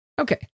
Okay